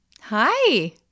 Hi